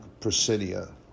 Presidia